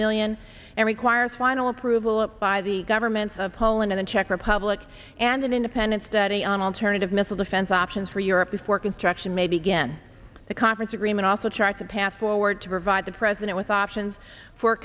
million and requires final approval by the governments of poland in the czech republic and an independent study on alternative missile defense options for europe before construction may begin the conference agreement also tracks a path forward to provide the president with options for